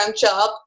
job